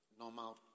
Normal